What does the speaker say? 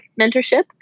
mentorship